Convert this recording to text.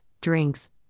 drinks